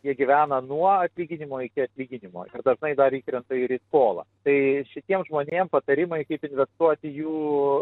jie gyvena nuo atlyginimo iki atlyginimo ir dažnai dar įkrenta ir į skolą tai šitiem žmonėm patarimai kaip traktuoti jų